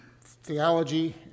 theology